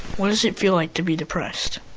what does it feel like to be depressed?